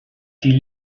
die